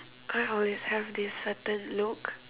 I always have this certain look